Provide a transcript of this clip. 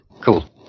Cool